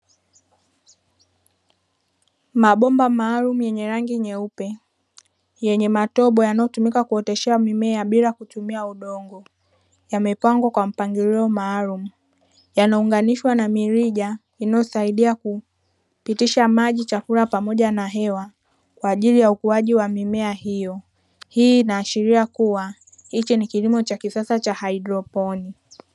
Mabomba maalumu yenye rangi nyeupe, yenye matobo yanayotumika kuoteshea mimea bila kutumia udongo, yamepangwa kwa mpangilio maalumu. Yanaunganishwa na mirija inayosaidia kupitisha maji, chakula, pamoja na hewa, kwa ajili ya ukuaji wa mimea hiyo. Hii inaashiria kuwa hicho ni kilimo cha kisasa cha haidroponi.